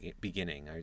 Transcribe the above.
beginning